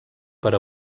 per